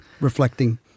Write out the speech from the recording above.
reflecting